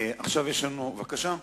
עכשיו, בבקשה.